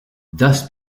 thus